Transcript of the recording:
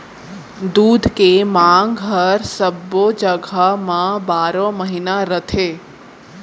दूद के मांग हर सब्बो जघा म बारो महिना रथे